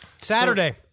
Saturday